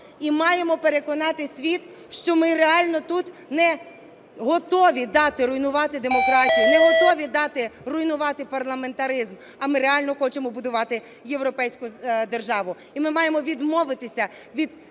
і маємо переконати світ, що ми реально тут не готові дати руйнувати демократію, не готові дати руйнувати парламентаризм, а ми реально хочемо будувати європейську державу. І ми маємо відмовитися від